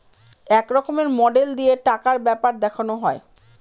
এক রকমের মডেল দিয়ে টাকার ব্যাপার দেখানো হয়